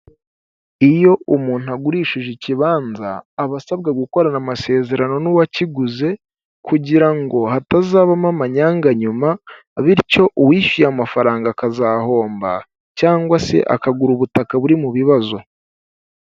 Iyo umuntu agurishije ikibanza aba asabwa gukorana amasezerano n'uwakiguze kugira ngo hatazabamo amanyanga nyuma bityo uwishyuye amafaranga akazahomba cyangwa se akagura ubutaka buri mu bibazo.